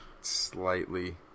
slightly